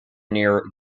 near